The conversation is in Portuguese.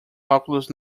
óculos